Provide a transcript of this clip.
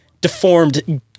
deformed